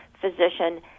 physician